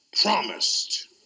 promised